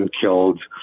killed